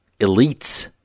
elites